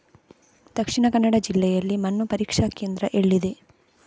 ದಕ್ಷಿಣ ಕನ್ನಡ ಜಿಲ್ಲೆಯಲ್ಲಿ ಮಣ್ಣು ಪರೀಕ್ಷಾ ಕೇಂದ್ರ ಎಲ್ಲಿದೆ?